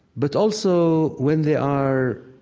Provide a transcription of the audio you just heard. but also when they are,